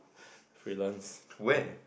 freelance home